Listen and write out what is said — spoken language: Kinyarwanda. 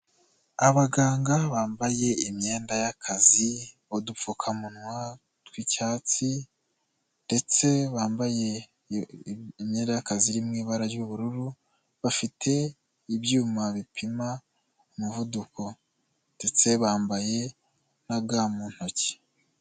Abaganga bambaye imyenda y'akazi, udupfukamunwa tw'icyatsi ndetse bambaye imyenda y'akazi iri mu ibara ry'ubururu, bafite ibyuma bipima umuvuduko. Ndetse bambaye na ga mu ntoki.